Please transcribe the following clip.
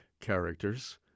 characters